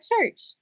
church